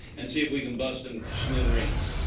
and see if we can bust them to smithereens.